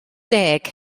deg